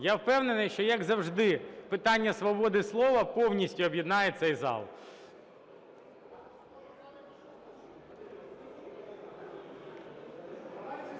Я впевнений, що, як завжди, питання свободи слова повністю об'єднає цей зал.